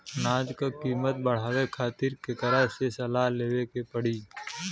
अनाज क कीमत बढ़ावे खातिर केकरा से सलाह लेवे के पड़ी?